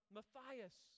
Matthias